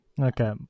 Okay